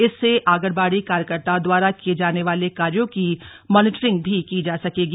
इससे आंगनबाड़ी कार्यकर्ताओं द्वारा किए जाने वाले कार्यो की मॉनीटरिंग भी की जा सकेगी